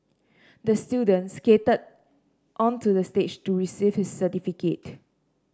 the student skated onto the stage to receive his certificate